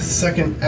second